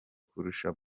kurusha